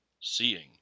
seeing